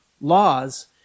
laws